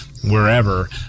Wherever